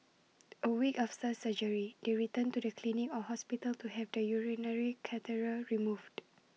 A week after surgery they return to the clinic or hospital to have the urinary catheter removed